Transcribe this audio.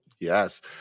yes